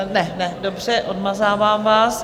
Ne, ne, dobře, odmazávám vás.